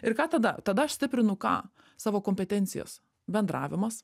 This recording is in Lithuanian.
ir ką tada tada aš stiprinu ką savo kompetencijas bendravimas